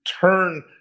turn